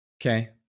Okay